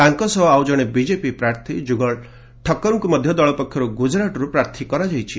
ତାଙ୍କୁ ଏବଂ ଆଉଜଣେ ବିଜେପି ପ୍ରାର୍ଥୀ ଯୁଗଳ ଠକ୍କରଙ୍କୁ ଦଳ ପକ୍ଷରୁ ଗୁଜରାଟରୁ ପ୍ରାର୍ଥୀ କରାଯାଇଛି